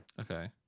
Okay